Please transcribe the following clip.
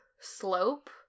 slope